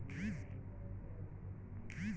उद्यमिता दाम के सृजन या निष्कर्सन के कहाला